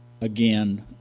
again